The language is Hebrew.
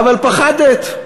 אבל פחדת.